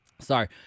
Sorry